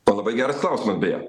tavo labai geras klausimas beje